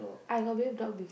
I got bathe dog before